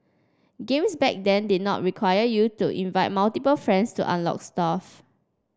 games back then did not require you to invite multiple friends to unlock stuff